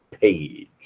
Page